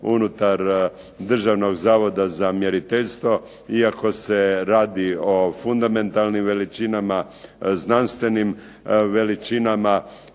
unutar Državnog zavoda za mjeriteljstvo, iako se radi o fundamentalnim veličinama, znanstvenim veličinama,